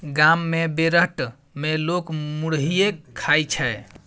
गाम मे बेरहट मे लोक मुरहीये खाइ छै